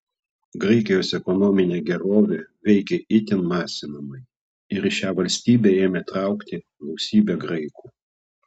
graikijos ekonominė gerovė veikė itin masinamai ir į šią valstybę ėmė traukti gausybė graikų